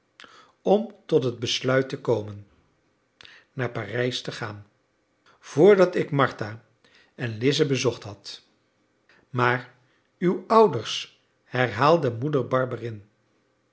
om tot het besluit te komen naar parijs te gaan vr dat ik martha en lize bezocht had maar uw ouders herhaalde moeder